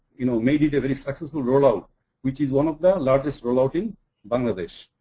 you know, maybe the very success will rollout which is one of the largest rollout in bangladesh.